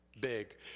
Big